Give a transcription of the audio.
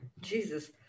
Jesus